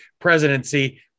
presidency